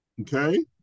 Okay